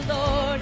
Lord